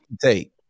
take